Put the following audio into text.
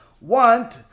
want